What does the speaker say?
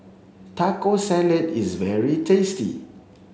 taco salad is very tasty